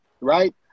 right